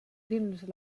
dins